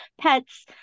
pets